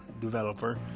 developer